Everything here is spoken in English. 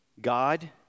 God